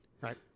right